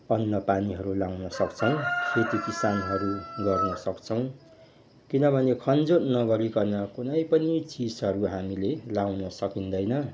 अन्नबालीहरू लगाउन सक्छौँ खेती किसानहरू गर्न सक्छौँ किनभने खनजोत नगरिकन कुनै पनि चिजहरू हामीले लगाउन सकिँदैन